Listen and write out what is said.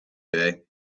day